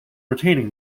retaining